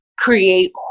create